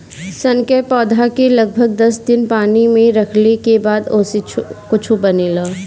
सन के पौधा के लगभग दस दिन पानी में रखले के बाद ओसे कुछू बनेला